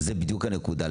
זאת בדיוק הנקודה,